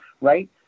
right